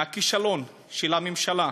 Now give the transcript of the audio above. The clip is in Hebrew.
מהכישלון של הממשלה